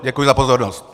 Děkuji za pozornost.